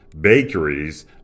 bakeries